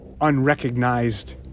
unrecognized